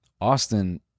Austin